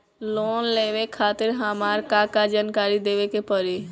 Loan लेवे खातिर हमार का का जानकारी देवे के पड़ी?